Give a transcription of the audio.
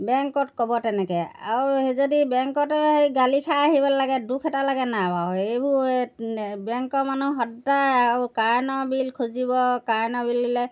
বেংকত ক'ব তেনেকৈ আৰু সেই যদি বেংকতে সেই গালি খাই আহিবলৈ লাগে দুখ এটা লাগেনে নাই বাৰু এইবোৰ বেংকৰ মানুহ সদায় আৰু কাৰেণ্টৰ বিল খুজিব কাৰেণ্টৰ বিল দিলে